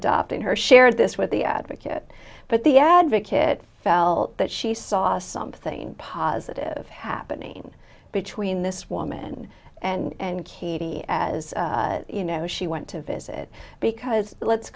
adopting her shared this with the advocate but the advocate felt that she saw something positive happening between this woman and katie as you know she went to visit because let's